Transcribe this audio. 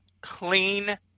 clean